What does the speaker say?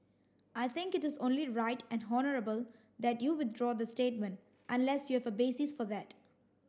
I think it is only right and honourable that you withdraw the statement unless you have a basis for that